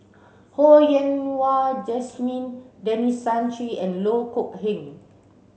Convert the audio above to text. Ho Yen Wah Jesmine Denis Santry and Loh Kok Heng